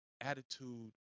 attitude